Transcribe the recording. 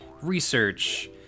research